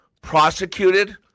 prosecuted